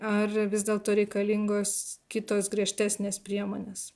ar vis dėlto reikalingos kitos griežtesnės priemonės